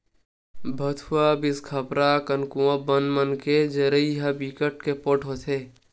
भथुवा, बिसखपरा, कनकुआ बन मन के जरई ह बिकट के पोठ होथे